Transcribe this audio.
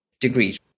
degrees